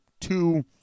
two